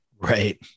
Right